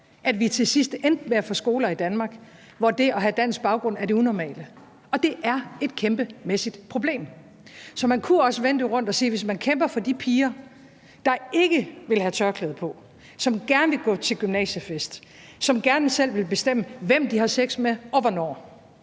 at vi til sidst endte med at få skoler i Danmark, hvor det at have dansk baggrund er det unormale, og det er et kæmpemæssigt problem. Så man kunne også vende det rundt og sige: Hvis man kæmper for de piger, der ikke vil have tørklæde på; som gerne vil gå til gymnasiefest; som gerne selv vil bestemme, hvem de har sex med, og hvornår;